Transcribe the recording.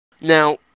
Now